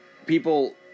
People